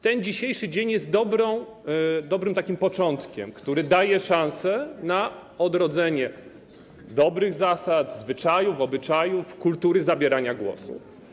Ten dzisiejszy dzień jest takim dobrym początkiem, który daje szanse na odrodzenie dobrych zasad, zwyczajów, obyczajów, kultury zabierania głosu.